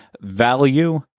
value